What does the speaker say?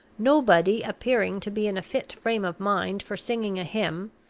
nobody appearing to be in a fit frame of mind for singing a hymn,